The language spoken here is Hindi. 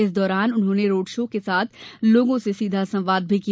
इस दौरान उन्होंने रोड़ शो के साथ लोगों से संवाद भी किया